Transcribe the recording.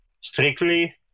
strictly